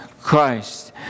Christ